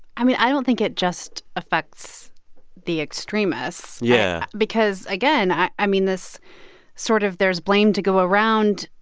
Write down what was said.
i mean, i don't think it just affects the extremists. yeah. because, again, i i mean, this sort of there's blame to go around,